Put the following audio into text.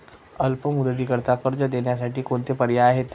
अल्प मुदतीकरीता कर्ज देण्यासाठी कोणते पर्याय आहेत?